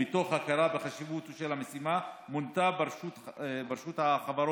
מתוך הכרה בחשיבותה של המשימה מונתה ברשות עובדת,